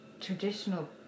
traditional